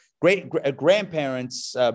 great-grandparents